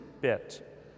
bit